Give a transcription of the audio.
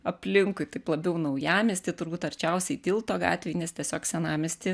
aplinkui taip labiau naujamiesty turbūt arčiausiai tilto gatvėj nes tiesiog senamiesty